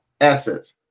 assets